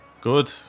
Good